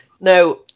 now